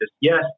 yes